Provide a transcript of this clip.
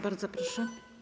Bardzo proszę.